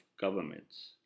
governments